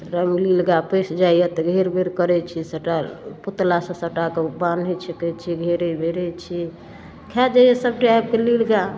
सबटामे नील गाइ पैसि जाइए तऽ घेर बेर करे छी सबटा पुतलासँ सबटाके बान्है छेकै छी घेरै बेरै छी खा जाइए सबटा आबिके नील गाइ